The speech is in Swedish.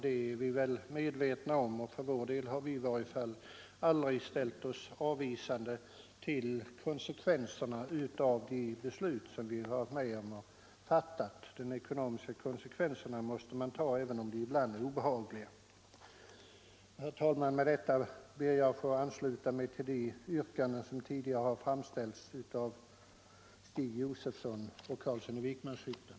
Det är vi väl medvetna om, och för vår del har vi aldrig ställt oss avvisande till konsekvenserna av de beslut som vi har varit med om att fatta. De ekonomiska konsekvenserna måste man ta även om de ibland är obehagliga. Herr talman! Med detta ber jag att få ansluta mig till de yrkanden som tidigare har framställts av herrar Josefson och Carlsson i Vikmanshyttan.